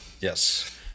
Yes